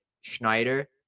Schneider